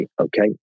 okay